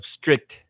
strict